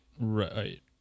right